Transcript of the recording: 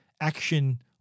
action